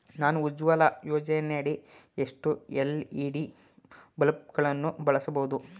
ನಾನು ಉಜಾಲ ಯೋಜನೆಯಡಿ ಎಷ್ಟು ಎಲ್.ಇ.ಡಿ ಬಲ್ಬ್ ಗಳನ್ನು ಬಳಸಬಹುದು?